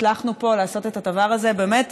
הצלחנו פה לעשות את הדבר הזה באמת.